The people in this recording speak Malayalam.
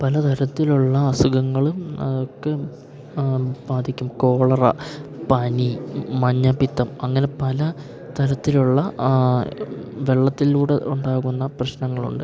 പല തരത്തിലുള്ള അസുഖങ്ങളും ഒക്കെ ബാധിക്കും കോളറ പനി മഞ്ഞപ്പിത്തം അങ്ങനെ പല തരത്തിലുള്ള ആ വെള്ളത്തിലൂടെ ഉണ്ടാകുന്ന പ്രശ്നങ്ങളുണ്ട്